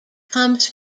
comes